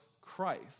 Christ